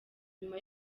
nyuma